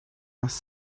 was